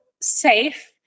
safe